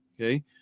okay